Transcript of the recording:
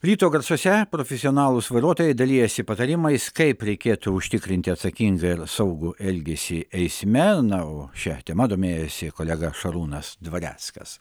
ryto garsuose profesionalūs vairuotojai dalijasi patarimais kaip reikėtų užtikrinti atsakingą ir saugų elgesį eisme na o šia tema domėjosi kolega šarūnas dvareckas